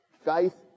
faith